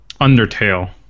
Undertale